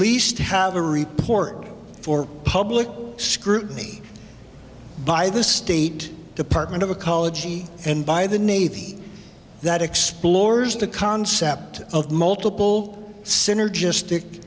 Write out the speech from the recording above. least have a report for public scrutiny by the state department of ecology and by the navy that explores the concept of multiple synergistic